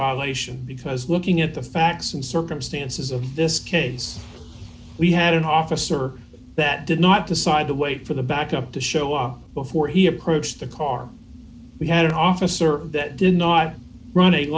fall ation because looking at the facts and circumstances of this case we had an officer that did not decide to wait for the backup to show up before he approached the car we had an officer that did not run